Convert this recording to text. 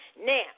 Now